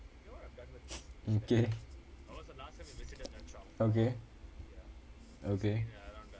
okay okay okay